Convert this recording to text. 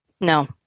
No